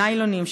ניילונים,